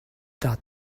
that